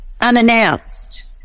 unannounced